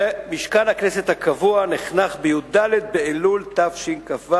ומשכן הכנסת הקבוע נחנך בי"ד באלול תשכ"ו,